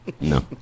No